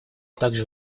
также